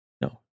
No